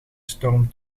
storm